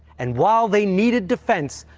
and while they needed defense,